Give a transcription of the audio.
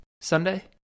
Sunday